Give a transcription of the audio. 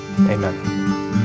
amen